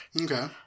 Okay